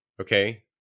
okay